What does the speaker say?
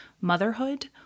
motherhood